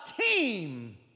team